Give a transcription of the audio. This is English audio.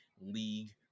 league